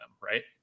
right